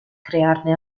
crearne